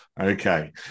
Okay